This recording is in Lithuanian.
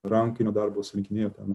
rankinio darbo surinkinėjo ten